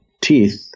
teeth